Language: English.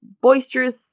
boisterous